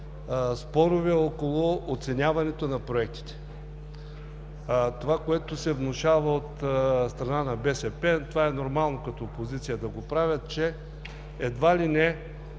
спорове около оценяването на проектите. Онова, което се внушава от страна на БСП – нормално е като опозиция да го правят, че едва ли не